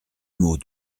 mot